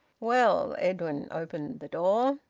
well edwin opened the door.